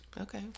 Okay